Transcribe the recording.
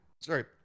sorry